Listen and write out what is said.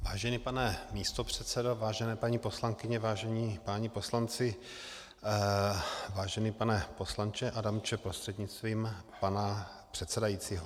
Vážený pane místopředsedo, vážené paní poslankyně, vážení páni poslanci, vážený pane poslanče Adamče prostřednictvím pana předsedajícího.